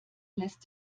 lässt